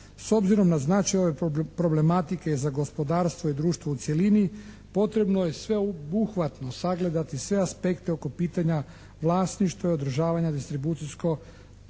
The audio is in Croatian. S obzirom na značaj ove problematike za gospodarstvo i društvo u cjelini potrebno je sveobuhvatno sagledati sve aspekte oko pitanja vlasništva i održavanja